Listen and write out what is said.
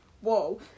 Whoa